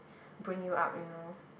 bring you up you know